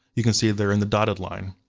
you can see they're in the dotted line.